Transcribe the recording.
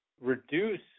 reduce